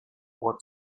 ohr